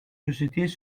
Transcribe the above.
sociétés